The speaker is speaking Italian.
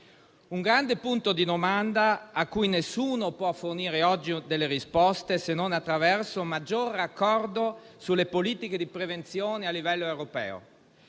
un grande punto di domanda a cui nessuno può fornire oggi delle risposte, se non attraverso maggior raccordo sulle politiche di prevenzione a livello europeo.